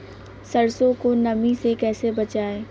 सरसो को नमी से कैसे बचाएं?